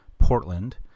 Portland